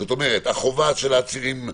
זאת אומרת, החובה של עצירים ראשוניים,